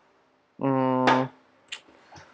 mm